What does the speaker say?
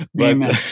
Amen